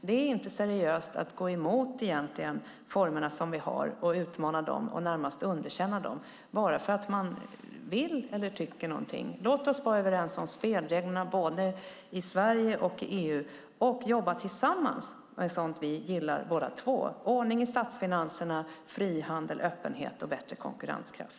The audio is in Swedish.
Det är inte seriöst att gå emot formerna som vi har, utmana dem och närmast underkänna dem bara för att man vill eller tycker någonting. Låt oss vara överens om spelreglerna både i Sverige och i EU och jobba tillsammans med sådant vi gillar båda två, ordning i statsfinanserna, frihandel, öppenhet och bättre konkurrenskraft!